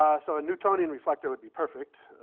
ah so a newtonian reflector would be perfect.